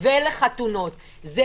לתת אופציה לחתונות רק בעוד חודש-חודש וחצי.